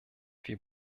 wir